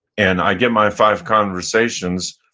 and i get my five conversations,